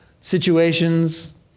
situations